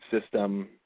system